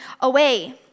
away